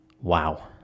wow